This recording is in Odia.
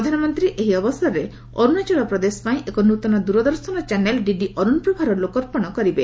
ପ୍ରଧାନମନ୍ତ୍ରୀ ଏହି ଅବସରରେ ଅରୁଣାଚଳ ପ୍ରଦେଶ ପାଇଁ ଏକ ନୃତନ ଦୂରଦର୍ଶନ ଚ୍ୟାନେଲ୍ ଡିଡି ଅରୁନ୍ପ୍ରଭାର ଲୋକାର୍ପଣ କରିବେ